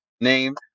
name